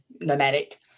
nomadic